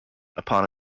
upon